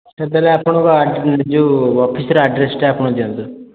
sir ତାହାଲେ ଆପଣଙ୍କର ଯୋଉ ଅଫିସ୍ ର ଆଡ୍ରେସ୍ଟା ଆପଣ ଦିଅନ୍ତୁ